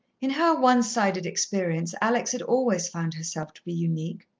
in her one-sided experience, alex had always found herself to be unique.